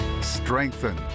strengthen